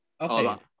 Okay